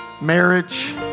marriage